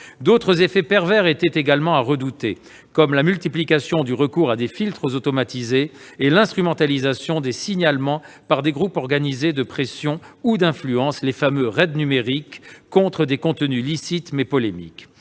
D'autres effets pervers sont également à redouter, comme la multiplication du recours à des filtres automatisés et l'instrumentalisation des signalements par des groupes organisés de pression ou d'influence, à savoir les fameux « raids numériques », contre des contenus licites, mais polémiques.